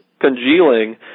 congealing